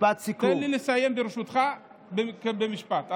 תן לי לסיים, ברשותך, במשפט.